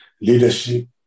leadership